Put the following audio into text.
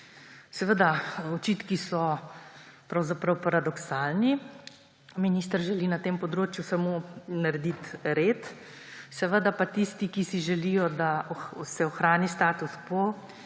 Seveda, očitki so pravzaprav paradoksalni. Minister želi na tem področju samo narediti red. Seveda pa so tisti, ki si želijo, da se ohrani status quo,